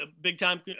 big-time